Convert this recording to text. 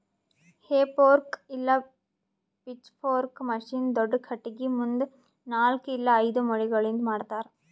ಹೇ fork ಇಲ್ಲ pitchfork machine ದೊಡ್ದ ಖಟಗಿ ಮುಂದ ನಾಲ್ಕ್ ಇಲ್ಲ ಐದು ಮೊಳಿಗಳಿಂದ್ ಮಾಡ್ತರ